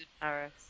Paris